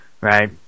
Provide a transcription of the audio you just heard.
right